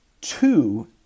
two